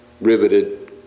riveted